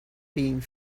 being